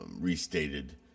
restated